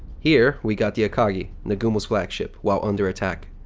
here, we got the akagi, nagumo's flagship, while under attack.